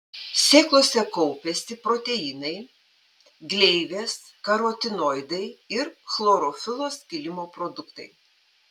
sėklose kaupiasi proteinai gleivės karotinoidai ir chlorofilo skilimo produktai